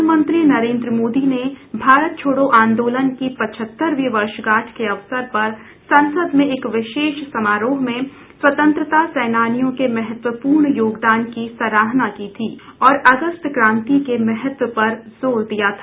प्रधानमंत्री नरेन्द्र मोदी ने भारत छोडो आंदोलन की पचहत्तरवीं वर्षगांठ के अवसर पर संसद में एक विशेष समारोह में स्वतंत्रता सेनानियों के महत्वपूर्ण योगदान की सराहना की थी और अगस्त क्रांति के महत्व पर जोर दिया था